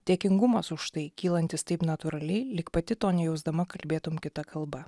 dėkingumas už tai kylantis taip natūraliai lyg pati to nejausdama kalbėtum kita kalba